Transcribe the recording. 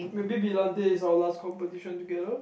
maybe brillante is our last competition together